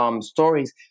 stories